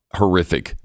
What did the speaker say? horrific